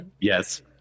Yes